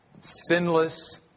sinless